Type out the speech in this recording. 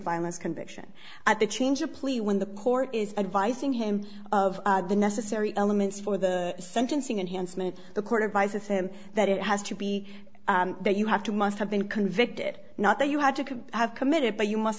violence conviction at the change of plea when the court is advising him of the necessary elements for the sentencing and handsome and the court advice assume that it has to be that you have to must have been convicted not that you had to have committed but you must